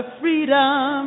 freedom